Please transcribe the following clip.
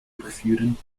durchführen